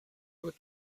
would